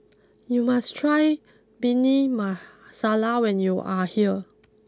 you must try Bhindi Masala when you are here